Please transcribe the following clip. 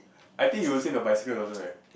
I think you would say the bicycle also right